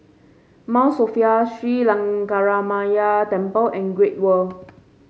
Mount Sophia Sri Lankaramaya Temple and Great World